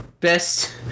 best